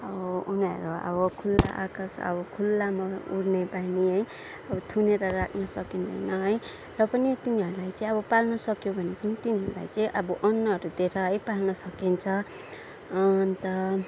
अब उनीहरू अब खुल्ला आकाश अब खुल्लामा उड्ने बानी है अब थुनेर राख्न सकिँदैन है र पनि तिनीहरूलाई चाहिँ अब पाल्नु सक्यो भने पनि तिनीहरूलाई चाहिँ अब अन्नहरू दिएर है पाल्न सकिन्छ अन्त